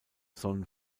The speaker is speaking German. sollen